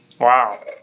Wow